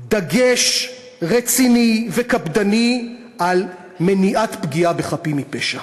דגש רציני וקפדני על מניעת פגיעה בחפים מפשע.